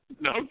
No